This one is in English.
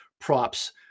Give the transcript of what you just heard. props